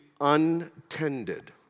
untended